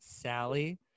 Sally